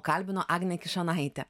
kalbino agnę kišonaitę